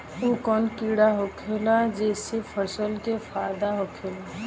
उ कौन कीड़ा होखेला जेसे फसल के फ़ायदा होखे ला?